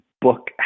book